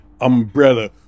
umbrella